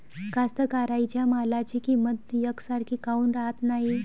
कास्तकाराइच्या मालाची किंमत यकसारखी काऊन राहत नाई?